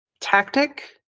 tactic